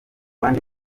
bandi